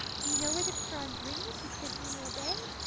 do you know where the bronze ring is which the genii obey?